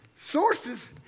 Sources